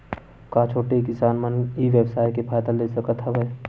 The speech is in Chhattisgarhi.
का छोटे किसान मन ई व्यवसाय के फ़ायदा ले सकत हवय?